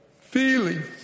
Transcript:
Feelings